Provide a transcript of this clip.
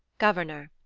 governor.